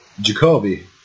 Jacoby